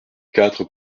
quatre